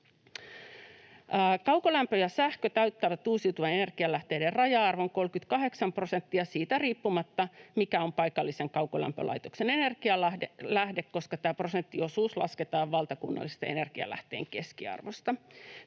Kaukolämpö ja sähkö täyttävät uusiutuvien energianlähteiden raja-arvon, 38 prosenttia, siitä riippumatta, mikä on paikallisen kaukolämpölaitoksen energianlähde, koska tämä prosenttiosuus lasketaan valtakunnallisesta energianlähteen keskiarvosta.